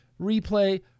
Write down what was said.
replay